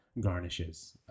garnishes